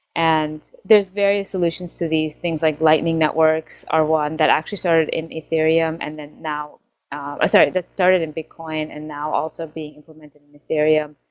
and there's various solutions to these things like lightning networks are one that actually started in ethereum and then now ah sorry, that started in bitcoin and now also being included into and ethereum.